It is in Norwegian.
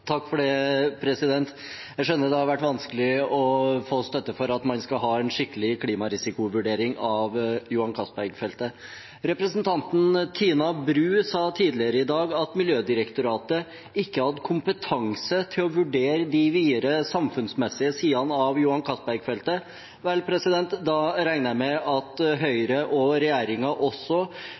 støtte for at man skal ha en skikkelig klimarisikovurdering av Johan Castberg-feltet. Representanten Tina Bru sa tidligere i dag at Miljødirektoratet ikke hadde kompetanse til å vurdere de videre samfunnsmessige sidene av Johan Castberg-feltet. Vel, da regner jeg med at Høyre og regjeringen også